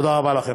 תודה רבה לכם.